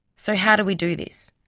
so how do we do this?